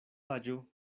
aĝo